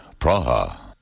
Praha